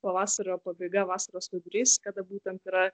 pavasario pabaiga vasaros vidurys kada būtent yra